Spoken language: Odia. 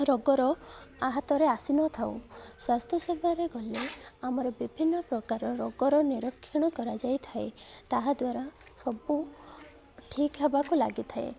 ରୋଗର ଆହାତରେ ଆସିନଥାଉ ସ୍ୱାସ୍ଥ୍ୟ ସେବାରେ ଗଲେ ଆମର ବିଭିନ୍ନ ପ୍ରକାର ରୋଗର ନିରକ୍ଷଣ କରାଯାଇଥାଏ ତାହାଦ୍ୱାରା ସବୁ ଠିକ୍ ହେବାକୁ ଲାଗିଥାଏ